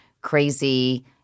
crazy